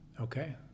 Okay